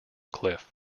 cliff